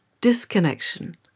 disconnection